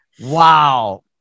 wow